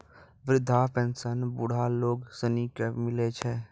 वृद्धा पेंशन बुढ़ा लोग सनी के मिलै छै